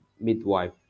midwife